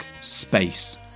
space